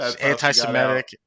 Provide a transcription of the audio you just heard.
anti-Semitic